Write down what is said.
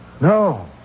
No